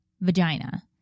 vagina